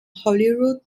holyrood